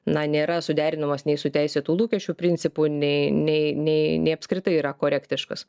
na nėra suderinamas nei su teisėtų lūkesčių principu nei nei nei nei apskritai yra korektiškas